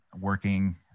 working